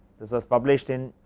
this was published in